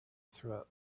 threat